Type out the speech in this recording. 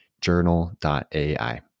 journal.ai